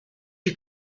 you